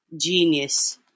Genius